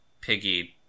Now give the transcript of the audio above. Piggy